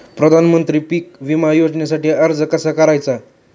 प्रधानमंत्री पीक विमा योजनेसाठी अर्ज कसा करायचा?